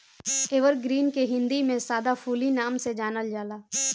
evergreen के हिंदी में सदाफुली नाम से जानल जाला